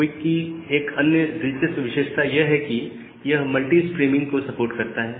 quick की एक अन्य दिलचस्प विशेषता यह है कि यह मल्टी स्ट्रीमिंग को सपोर्ट करता है